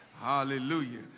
Hallelujah